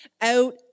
out